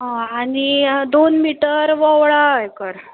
आं आनी दोन मिटर वोंवळां हें कर